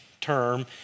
term